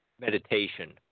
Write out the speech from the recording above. meditation